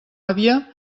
àvia